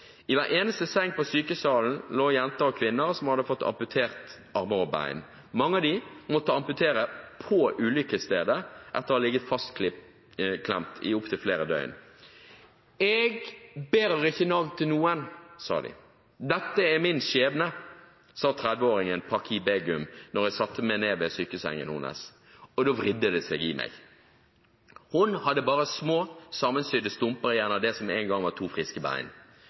I hver eneste seng i sykesalen var det jenter og kvinner som hadde fått amputert armer og bein. Mange av dem måtte amputere på ulykkesstedet etter å ha ligget fastklemt i opptil flere døgn. – Jeg bærer ikke nag til noen, sa de. Dette er min skjebne, sa den 30-årige fabrikkarbeideren da jeg satte meg ned ved sykesengen hennes, og da vrengte det seg i meg. Hun hadde bare små sammensydde stumper igjen av det som en gang var to friske bein.